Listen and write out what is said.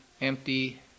Empty